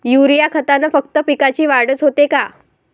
Urea खतानं फक्त पिकाची वाढच होते का?